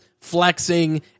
flexing